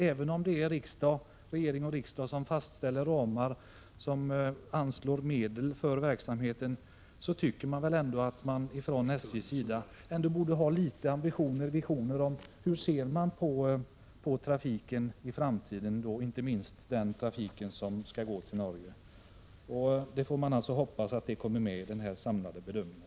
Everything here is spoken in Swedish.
Även om det är riksdag och regering som fastställer ramar och anslår medel för verksamheten så borde SJ ha vissa ambitioner och visioner om hur man skall se på trafiken i framtiden, och då inte minst den trafik som går till Norge. Detta måste alltså komma med i den här samlade bedömningen.